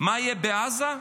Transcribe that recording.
מה יהיה בעזה?